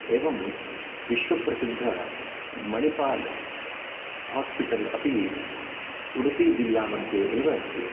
एवं विश्वप्रसिद्धमणिपाल् हास्पिटल् अपि उडुपिजिल्लामध्ये एव अस्ति